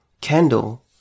Kendall